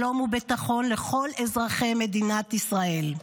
שלום וביטחון לכל אזרחי מדינת ישראל.